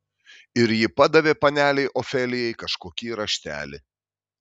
ir ji padavė panelei ofelijai kažkokį raštelį